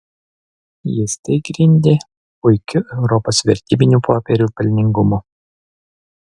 jis tai grindė puikiu europos vertybinių popierių pelningumu